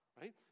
right